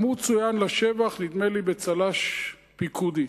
גם הוא צוין לשבח, נדמה לי בצל"ש פיקודי.